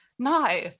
No